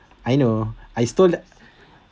I know I still